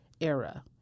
era